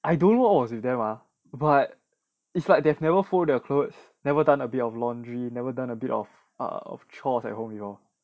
I don't know what was with them ah but it's like they've never fold their clothes never done a bit of laundry never done a bit of err of chores at home you know